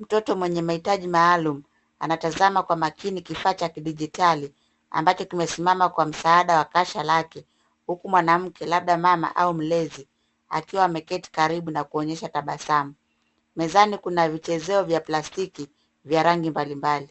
Mtoto mwenye mahitaji maalumu, anatazama kwa makini kifaa cha kidijitali, ambacho kimesimama kwa msaada wa kasha lake, huku mwanamke, labda mama au mlezi, akiwa ameketi karibu na kuonyesha tabasamu. Mezani kuna vichezeo vya pastiki, vya rangi mbali mbali.